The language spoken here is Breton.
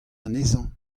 anezhañ